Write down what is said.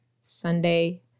Sunday